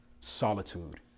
solitude